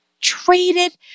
traded